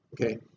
okay